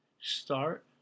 Start